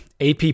AP